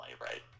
right